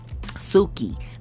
Suki